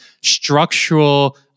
structural